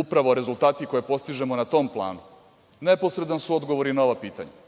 Upravo rezultate koje postižemo na tom planu neposredan su odgovor na ova pitanja.